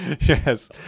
yes